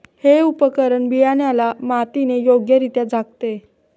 हे उपकरण बियाण्याला मातीने योग्यरित्या झाकते